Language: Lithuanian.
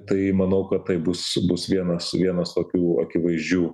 tai manau kad tai bus bus vienas vienas tokių akivaizdžių